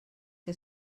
que